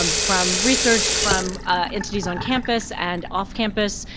um from research from ah entities on campus and off campus.